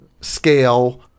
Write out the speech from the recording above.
scale